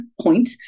point